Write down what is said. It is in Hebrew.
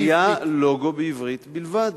היה לוגו בעברית בלבד.